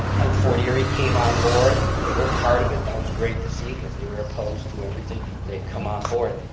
and fort eerie came on board. they were part of it, that was great to see cause they were opposed to everything. they had come onboard.